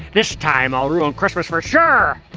this time i'll ruin christmas for sure!